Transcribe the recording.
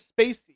Spacey